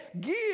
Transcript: give